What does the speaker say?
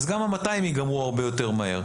אז גם ה-200 יגמרו הרבה יותר מהר.